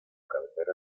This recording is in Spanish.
cabecera